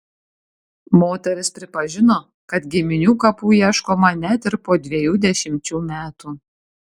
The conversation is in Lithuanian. moteris pripažino kad giminių kapų ieškoma net ir po dviejų dešimčių metų